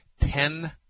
ten